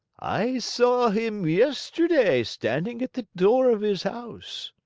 i saw him yesterday standing at the door of his house.